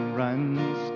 runs